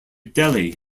delhi